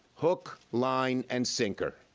hook, line, and sinker.